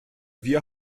wir